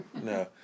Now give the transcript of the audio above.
No